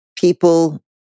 people